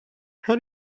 how